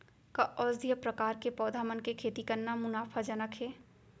का औषधीय प्रकार के पौधा मन के खेती करना मुनाफाजनक हे?